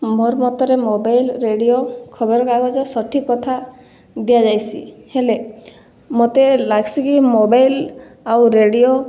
ମୋର୍ ମତରେ mobile radio ଖବର୍କାଗଜ ସଠିକ୍ କଥା ଦିଆ ଯାଇସି ହେଲେ ମତେ ଲାଗ୍ସିକି ମୋବାଇଲ୍ ଆଉ ରେଡ଼ିଓ